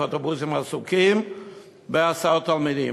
כי האוטובוסים עסוקים בהסעות תלמידים.